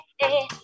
hey